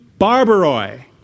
Barbaroi